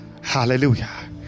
Hallelujah